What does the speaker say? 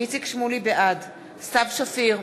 בעד סתיו שפיר,